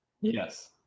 yes